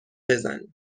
بزنیم